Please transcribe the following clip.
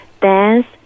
dance